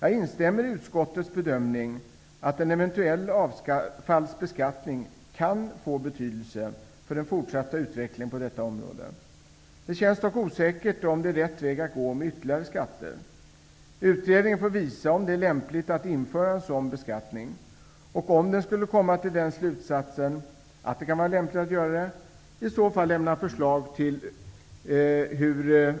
Jag instämmer i utskottets bedömning att en eventuell avfallsbeskattning kan vara av betydelse för den fortsatta utvecklingen på detta område. Det känns dock osäkert om den rätta vägen att gå är att införa ytterligare skatter. Utredningen får visa om det är lämpligt att införa en sådan beskattning. Om utredningen kommer fram till slutsatsen att det är lämpligt, måste den lämna förslag till hur